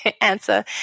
answer